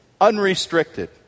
unrestricted